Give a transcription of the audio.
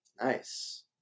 Nice